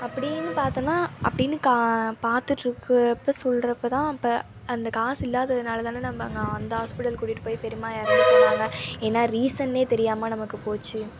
அப்படின்னு பார்த்தோனா அப்படின்னு க பார்த்துட்ருக்கறப்ப சொல்றப்போ தான் இப்போ அந்த காசு இல்லாததுனால தான நம்ப அங்கே அந்த ஹாஸ்பிட்டலுக்கு கூட்டிகிட்டு போய் பெரிம்மா இறந்து போனாங்க என்ன ரீசன்னே தெரியாமல் நமக்கு போச்சு